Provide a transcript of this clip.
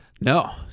No